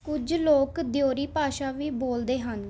ਕੁਝ ਲੋਕ ਦਿਓਰੀ ਭਾਸ਼ਾ ਵੀ ਬੋਲਦੇ ਹਨ